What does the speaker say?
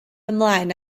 ymlaen